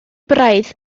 braidd